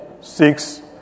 six